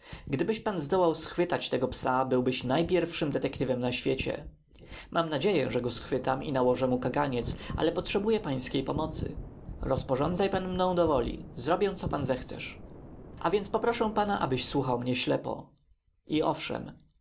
gdybyś pan zdołał schwytać tego psa byłbyś najpierwszym detektywem na świecie mam nadzieję że go schwytam i nałożę mu kaganiec ale potrzebuję pańskiej pomocy rozporządzaj pan mną do woli zrobię co pan zechcesz a więc poproszę pana abyś słuchał mnie ślepo i owszem